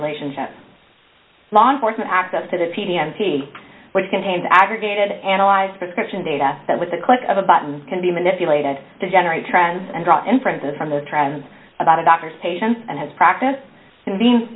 relationship law enforcement access to the p d entity which contains aggregated analyze prescription data that with the click of a button can be manipulated to generate trends and draw inferences from the trends about a doctor's patients and his practice